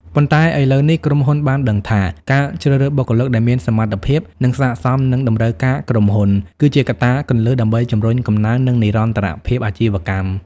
ប៉ុន្តែឥឡូវនេះ ក្រុមហ៊ុនបានដឹងថា ការជ្រើសរើសបុគ្គលិកដែលមានសមត្ថភាព និងស័ក្តិសមនឹងតម្រូវការក្រុមហ៊ុន គឺជាកត្តាគន្លឹះដើម្បីជំរុញកំណើន និងនិរន្តរភាពអាជីវកម្ម។